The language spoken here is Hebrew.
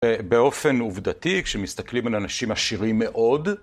באופן עובדתי כשמסתכלים על אנשים עשירים מאוד.